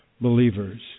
believers